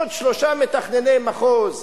עוד שלושה מתכנני מחוז,